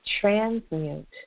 transmute